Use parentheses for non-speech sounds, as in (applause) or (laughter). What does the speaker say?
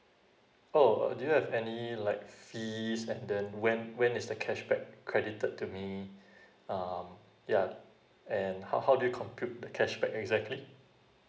oh uh do you have any like fees and then when when is the cashback credited to me (breath) um yeah and how how do you compute the cashback exactly